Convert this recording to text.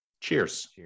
Cheers